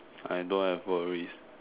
I don't have worries